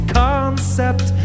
concept